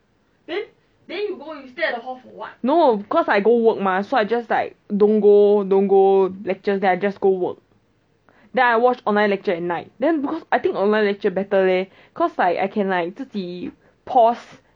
no cause I go work mah so I just like don't go don't go lecture then I just go work then I watch online lecture at night then because I think online lecture better leh cause I can like 自己 pause